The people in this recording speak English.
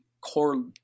core